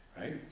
right